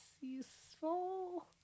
useful